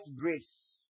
grace